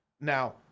Now